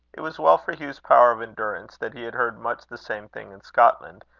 it was well for hugh's power of endurance, that he had heard much the same thing in scotland,